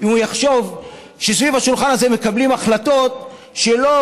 אם הוא יחשוב שסביב השולחן הזה מקבלים החלטות שלא